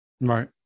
Right